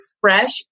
fresh